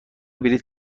بلیط